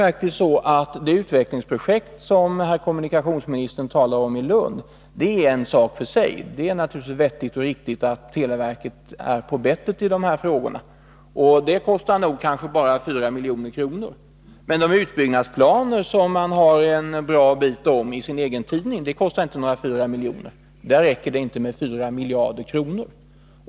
Det utvecklingsprojekt i Lund som kommunikationsministern talar om är dock en sak för sig. Det är naturligtvis bra att televerket är på bettet i dessa frågor, och kanske kostar detta projekt bara 4 milj.kr. Men de utbyggnadsplaner som televerket ganska utförligt berör i sin egen tidning kostar inte bara 4 milj.kr., utan i det sammanhanget räcker det inte med 4 miljarder kronor.